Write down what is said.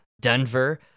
Denver